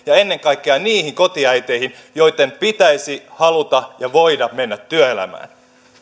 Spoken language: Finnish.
ja ennen kaikkia niihin kotiäiteihin joitten pitäisi haluta ja voida mennä työelämään